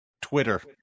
Twitter